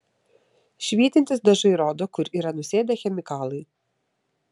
švytintys dažai rodo kur yra nusėdę chemikalai